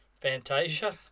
Fantasia